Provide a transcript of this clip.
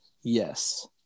Yes